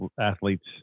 athlete's